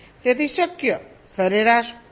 તેથી શક્ય સરેરાશ અહીં ક્યાંક હશે